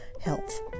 Health